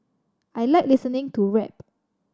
I like listening to rap